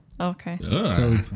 Okay